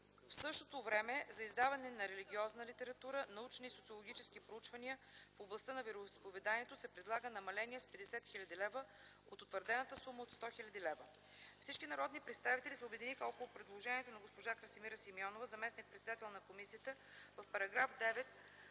В същото време за издаване на религиозна литература, научни и социологически проучвания в областта на вероизповеданията се предлага намаление с 50 000 лв. от утвърдената сума от 100 000 лв. Всички народни представители се обединиха около предложението на госпожа Красимира Симеонова, заместник-председател на комисията, в § 9